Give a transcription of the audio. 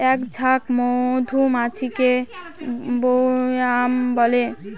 এক ঝাঁক মধুমাছিকে স্বোয়াম বলে